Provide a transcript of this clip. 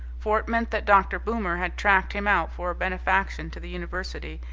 for it meant that dr. boomer had tracked him out for a benefaction to the university,